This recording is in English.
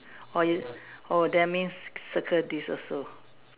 or you that means circle this also